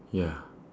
ya